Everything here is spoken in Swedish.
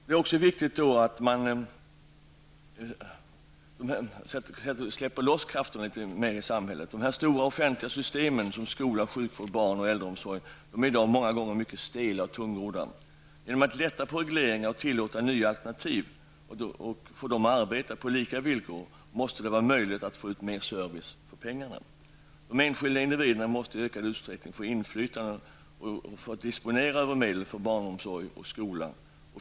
Det är också viktigt att man släpper loss krafterna i samhället. De stora offentliga systemen som skola, sjukvård, barn och äldreomsorg är i dag ofta mycket stela och tungrodda. Genom att lätta på regleringar och tillåta att nya alternativ får arbeta på lika villkor måste det vara möjligt att få ut mer service för pengarna. De enskilda individerna måste i ökad utsträckning få inflytande eller disponera över medel för barnomsorg och skola.